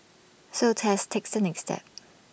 so Tess takes the next step